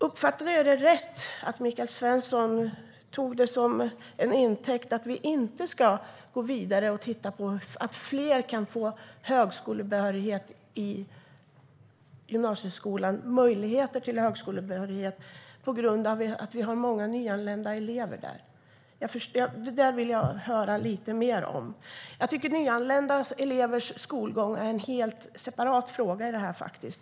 Uppfattar jag det rätt att Michael Svensson tar det faktum att vi har många nyanlända elever i gymnasieskolan till intäkt för att vi inte ska gå vidare och titta på hur fler kan få möjligheter till högskolebehörighet? Detta vill jag höra lite mer om. Jag tycker att nyanlända elevers skolgång är en helt separat fråga.